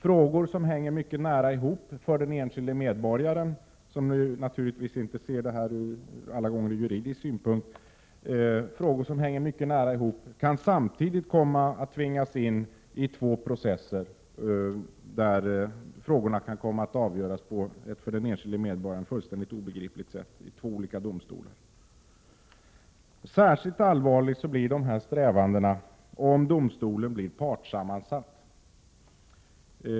Frågor som för den enskilde medborgaren — som naturligtvis inte alla gånger ser det här från juridisk synpunkt — hänger mycket nära ihop kan samtidigt komma att tvingas in i två processer där de kan komma att avgöras på ett för den enskilde medborgaren fullständigt obegripligt sätt i två olika domstolar. Särskilt allvarliga blir dessa strävanden om domstolen blir partssammansatt.